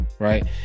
Right